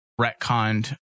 retconned